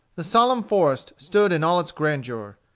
the solemn forest stood in all its grandeur.